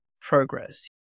progress